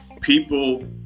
people